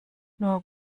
nur